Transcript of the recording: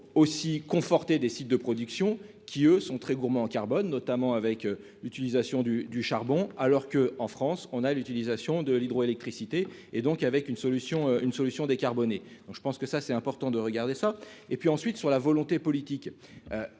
aussi conforter des sites de production qui, eux, sont très gourmands en carbone, notamment avec l'utilisation du du charbon, alors que, en France, on a l'utilisation de l'hydroélectricité et donc avec une solution, une solution décarbonnées donc je pense que ça c'est important de regarder ça et puis ensuite sur la volonté politique,